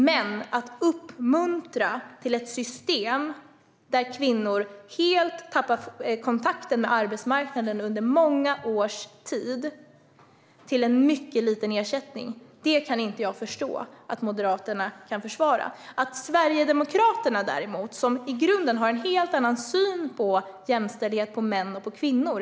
Men att uppmuntra till ett system där kvinnor helt tappar kontakten med arbetsmarknaden under många års tid till en mycket liten ersättning är något som jag inte kan förstå att Moderaterna kan försvara. Ni i Sverigedemokraterna har däremot i grunden en helt annan syn på jämställdhet och på män och kvinnor.